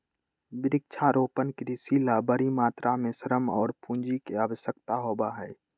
वृक्षारोपण कृषि ला बड़ी मात्रा में श्रम और पूंजी के आवश्यकता होबा हई